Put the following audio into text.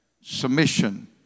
Submission